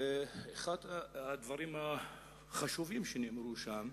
ואחד הדברים החשובים שנאמרו שם,